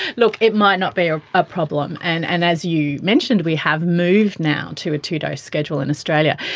look, it might not be a a problem, and and as you mentioned, we have moved now to a two-dose schedule in australia.